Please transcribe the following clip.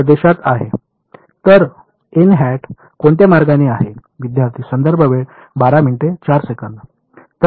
तर एन हॅट कोणत्या मार्गाने आहे